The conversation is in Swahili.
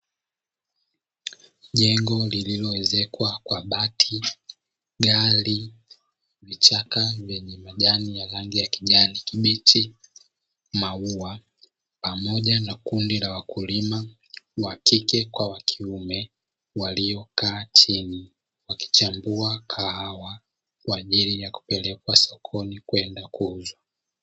Jengo lililoezekwa kwa bati, gari, vichaka vyenye majani ya rangi ya kijani kibichi, maua pamoja na kundi la wakulima wa kike kwa wakiume walio kaa chini wakichambua kahawa kwa ajili ya kupelekwa sokoni kwenda kuuzwa.